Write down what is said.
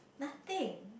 nothing